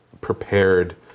prepared